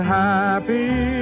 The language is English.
happy